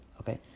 okay